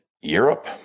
Europe